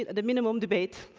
the minimum debate